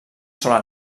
sola